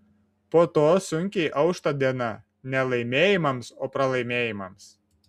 po to sunkiai aušta diena ne laimėjimams o pralaimėjimams